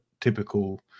typical